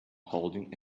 holding